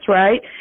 right